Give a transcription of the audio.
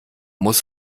muss